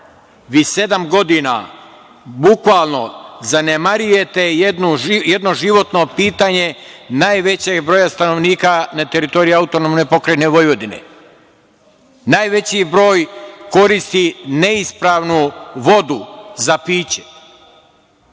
vi sedam godina bukvalno zanemarujete jedno životno pitanje najvećeg broja stanovnika na teritoriji AP Vojvodine. Najveći broj koristi neispravnu vodu za piće.